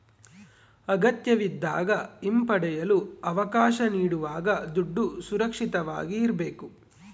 ಅಗತ್ಯವಿದ್ದಾಗ ಹಿಂಪಡೆಯಲು ಅವಕಾಶ ನೀಡುವಾಗ ದುಡ್ಡು ಸುರಕ್ಷಿತವಾಗಿ ಇರ್ಬೇಕು